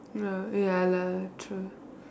no ya lah true